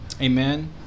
Amen